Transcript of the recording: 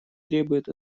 требует